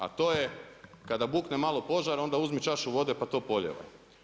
A to je kada bukne malo požara onda uzmi čašu vode pa to polijevaj.